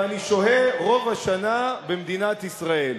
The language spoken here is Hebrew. ואני שוהה רוב השנה במדינת ישראל,